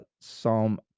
Psalm